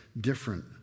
different